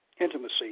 intimacy